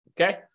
okay